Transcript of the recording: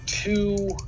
Two